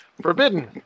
Forbidden